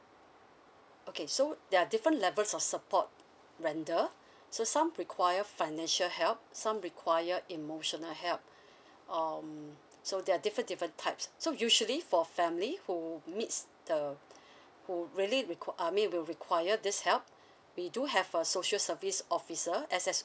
okay so there are different levels of support render so some require financial help some required emotional help um so there are different different types so usually for family who meets the who really require I mean will require this help we do have a social service officer S_S_O